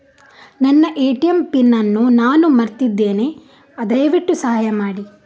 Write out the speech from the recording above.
ನನ್ನ ATM PIN ಅನ್ನು ನಾನು ಮರ್ತಿದ್ಧೇನೆ, ದಯವಿಟ್ಟು ಸಹಾಯ ಮಾಡಿ